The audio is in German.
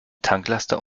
tanklaster